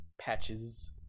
patches